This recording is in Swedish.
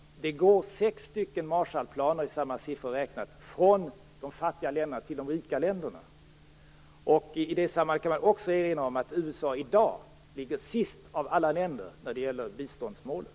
Det går, räknat i samma siffror, sex Marshallplaner från de fattiga länderna till de rika. Man kan i det sammanhanget också erinra om att USA i dag ligger sist av alla länder när det gäller biståndsmålet.